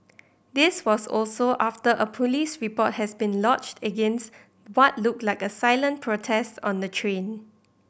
this was also after a police report has been lodged against what looked like a silent protest on the train